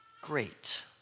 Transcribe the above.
great